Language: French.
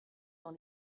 dans